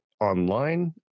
online